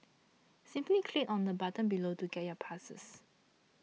simply click on the button below to get your passes